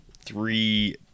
three